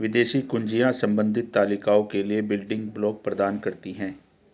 विदेशी कुंजियाँ संबंधित तालिकाओं के लिए बिल्डिंग ब्लॉक प्रदान करती हैं